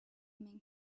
main